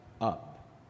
up